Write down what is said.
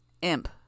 Imp